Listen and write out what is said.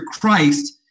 Christ